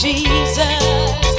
Jesus